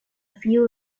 few